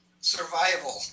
survival